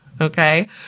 Okay